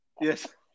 Yes